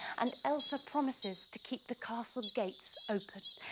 and elsa promises to keep the castle gates open.